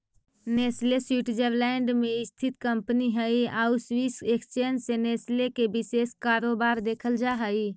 Nestle Switzerland में स्थित company हइ आउ स्विस एक्सचेंज में नेस्ले के विशेष कारोबार देखल जा हइ